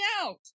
out